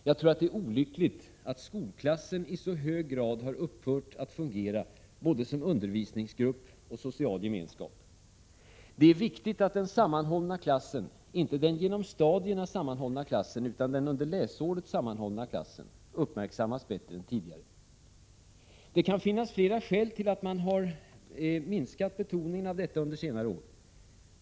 Jag tror att det är olyckligt att skolklassen i så hög grad upphört att fungera både som undervisningsgrupp och som social gemenskap. Det är viktigt att den sammanhållna klassen — inte den genom stadierna sammanhållna klassen utan den under läsåret sammanhållna klassen — uppmärksammas bättre än tidigare. Det kan finnas flera skäl till att man har minskat betoningen av detta under senare år.